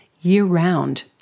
year-round